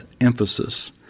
emphasis